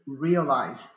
realize